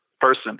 person